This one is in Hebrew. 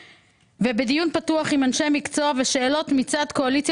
ובדיון פתוח עם אנשי מקצוע ושאלות מצד קואליציה